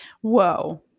Whoa